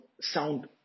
Sound